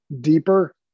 deeper